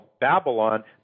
Babylon